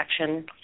action